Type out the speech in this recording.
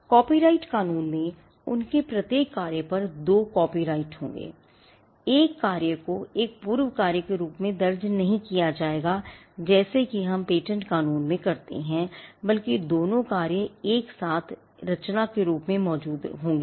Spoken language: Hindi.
कॉपीराइट कानून में उनके प्रत्येक कार्य पर दो कॉपीराइट होंगे एक कार्य को एक पूर्व कार्य के रूप में दर्ज नहीं किया जाएगा जैसा कि हम पेटेंट कानून में करेंगे बल्कि दोनों कार्य एक साथ रचना के रूप में मौजूद रहेंगे